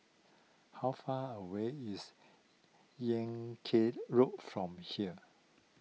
how far away is Yan Kit Road from here